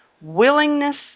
willingness